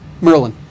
Merlin